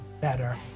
better